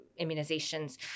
immunizations